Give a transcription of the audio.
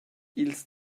ils